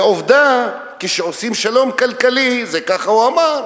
ועובדה, כשעושים שלום כלכלי, ככה הוא אמר,